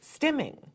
stimming